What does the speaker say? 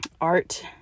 art